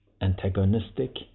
antagonistic